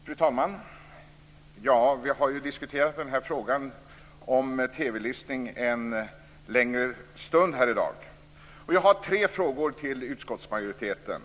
Fru talman! Vi har ju diskuterat den här frågan om TV-listning en längre stund här i dag, och jag har tre frågor till utskottsmajoriteten.